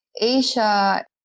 Asia